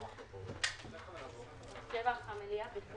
הישיבה ננעלה בשעה 18:08.